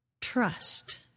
trust